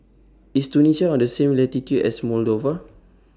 IS Tunisia on The same latitude as Moldova